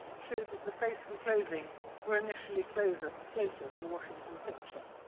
show that the face and clothing were initially closer closer to the washington picture.